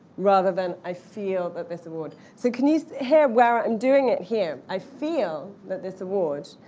rather than i feel that this award. so can you hear where i'm doing it here? i feel that this award.